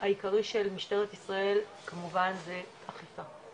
העיקרי של משטרת ישראל כמובן זה אכיפה,